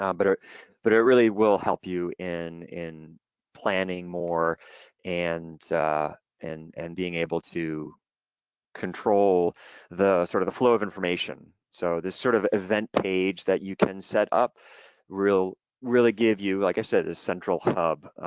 um but ah but it it really will help you in in planning more and and and being able to control the sort of the flow of information. so this sort of event page that you can set up will really give you like i said, a central hub.